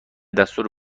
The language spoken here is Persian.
دستور